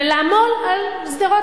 ולעמול על שדרות,